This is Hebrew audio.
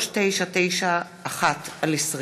פ/3991/20